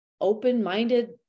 open-minded